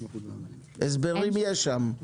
הסברים יש שם.